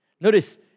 Notice